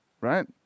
right